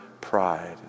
pride